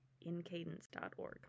in-cadence.org